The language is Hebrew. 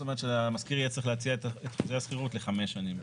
זאת אומרת שהמשכיר יהיה צריך להציע את חוזה השכירות לחמש שנים.